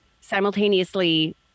simultaneously